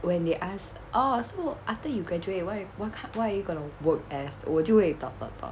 when they ask orh so after you graduate what eh what kin~ what are you gonna work as 我就会 dot dot dot